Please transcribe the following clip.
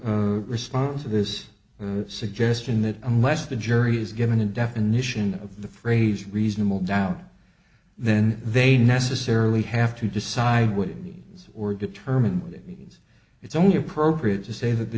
respond to this suggestion that unless the jury is given a definition of the phrase reasonable doubt then they necessarily have to decide what it means or determine what it means it's only appropriate to say that the